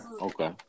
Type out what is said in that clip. Okay